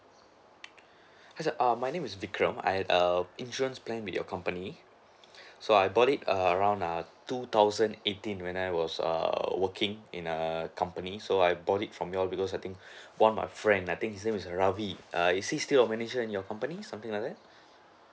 hi err my name is vikram I've err insurance plan with your company so I bought it err around err two thousand eighteen when I was err working in a company so I bought it from you all because I think one of my friend I think his name is ravi err is he still a manager in your company or something like that